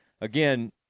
again